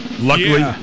Luckily